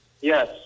Yes